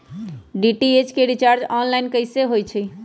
DTH के recharge online कैसे होईछई?